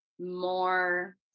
more